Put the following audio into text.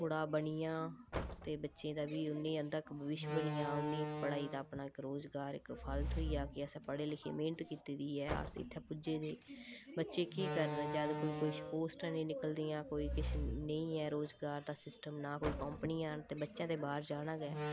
थोह्ड़ा बनी जा ते बच्चें दा बी उं'दा बी इक भविष्य बनी जा उं'दी इक पढ़ाई दा अपना इक रोजगार इक फल थ्होई जा कि असें पढ़े लिखे मेह्नत कीती दी ऐ अस इत्थें पुज्जे दे बच्चे केह् करना जां ते कोई कुछ पोस्टां नी निकलदियां कोई किश नेईं ऐ रोज़गार दा सिस्टम ना कोई कंपनियां न ते बच्चें ते बाह्र जाना गै